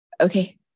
Okay